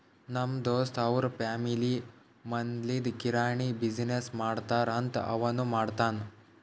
ನಮ್ ದೋಸ್ತ್ ಅವ್ರ ಫ್ಯಾಮಿಲಿ ಮದ್ಲಿಂದ್ ಕಿರಾಣಿ ಬಿಸಿನ್ನೆಸ್ ಮಾಡ್ತಾರ್ ಅಂತ್ ಅವನೂ ಮಾಡ್ತಾನ್